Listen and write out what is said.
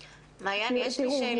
מעיין, יש לי שאלה.